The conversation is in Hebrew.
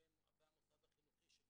גם